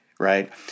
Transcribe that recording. Right